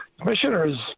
Commissioners